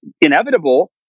inevitable